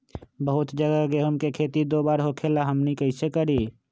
बहुत जगह गेंहू के खेती दो बार होखेला हमनी कैसे करी?